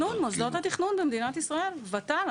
מוסדות התכנון במדינת ישראל, ות"ל.